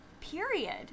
period